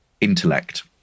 intellect